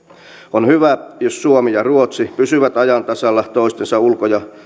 on hyvä jos suomi ja ruotsi pysyvät ajan tasalla toistensa